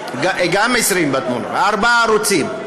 גם ערוץ 20. גם ערוץ 20 בתמונה, ארבעה ערוצים.